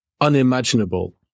unimaginable